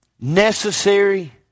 necessary